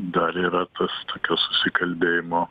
dar yra tas tokio susikalbėjimo